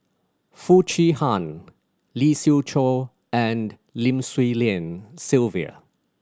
Foo Chee Han Lee Siew Choh and Lim Swee Lian Sylvia